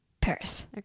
Paris